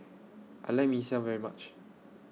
I like Mee Siam very much